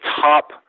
top